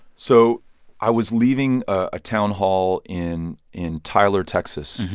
so i was leaving a town hall in in tyler, texas,